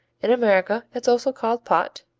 in america it's also called pot,